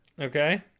Okay